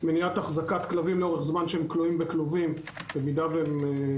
מניעת אחזקת כלבים לאורך זמן כשהם כלואים בכלובים באם נלכדו